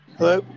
Hello